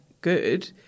good